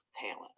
talent